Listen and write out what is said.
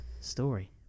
story